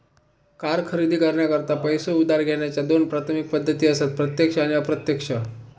car खरेदी करण्याकरता पैसो उधार घेण्याच्या दोन प्राथमिक पद्धती असत प्रत्यक्ष आणि अप्रत्यक्ष